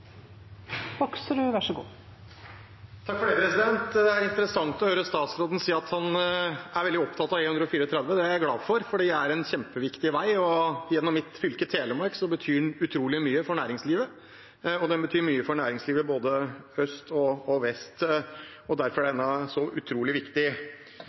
interessant å høre statsråden si at han er veldig opptatt av E134. Det er jeg glad for, for det er en kjempeviktig vei, og i mitt fylke, Telemark, betyr den utrolig mye for næringslivet. Den betyr mye for næringslivet i både øst og vest, og derfor er den så utrolig viktig.